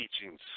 teachings